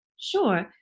Sure